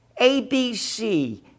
ABC